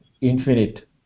infinite